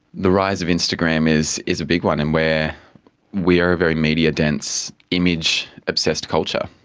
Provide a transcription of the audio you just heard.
the rise of instagram is is a big one and where we are a very media dense, image obsessed culture.